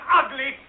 ugly